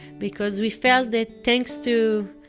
because we felt that thanks to,